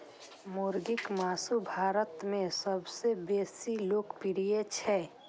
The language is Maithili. मुर्गीक मासु भारत मे सबसं बेसी लोकप्रिय छै